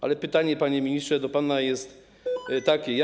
Ale pytanie, panie ministrze, do pana jest takie: